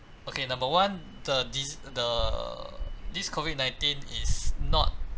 okay number one the this the this COVID nineteen is not